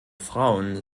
frauen